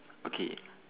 okay